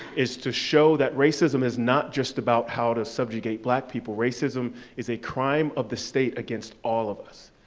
is to show that racism is not just about how to subjugate black people. racism is a crime of the state against all of us.